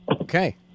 Okay